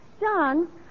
John